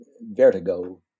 vertigo